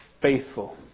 faithful